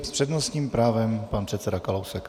S přednostním právem pan předseda Kalousek.